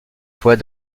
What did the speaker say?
poètes